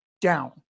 down